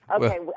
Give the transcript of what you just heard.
okay